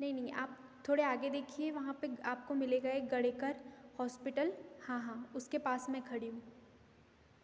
नहीं नहीं आप थोड़ा आगे देखिए वहाँ पर आपको मिलेगा एक गडेकर होस्पिटल हाँ हाँ उसके पास मैं खड़ी हूँ